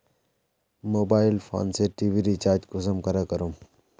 Mobile phone से TV recharge कुंसम करे करूम?